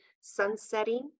sunsetting